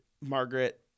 Margaret